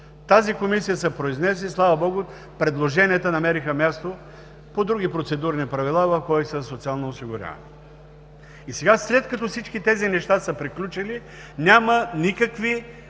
Тази комисия се произнесе и слава Богу, предложенията намериха място по други процедурни правила в Кодекса за социално осигуряване. И сега, след като всички тези неща са приключили, няма никакви